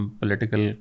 political